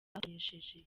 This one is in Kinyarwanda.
bakoresheje